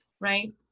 right